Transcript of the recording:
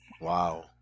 Wow